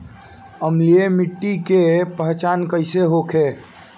अम्लीय मिट्टी के पहचान कइसे होखे?